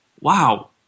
wow